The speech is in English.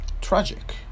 tragic